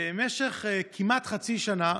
במשך כמעט חצי שנה